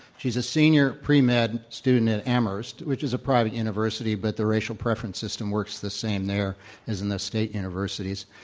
she's a senior at pre med student at amherst, which is a private university, but the racial preference system works the same there as in the state universities.